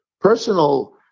personal